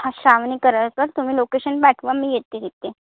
हा श्रावनी करळकर तुम्ही लोकेशन पाठवा मी येते तिथे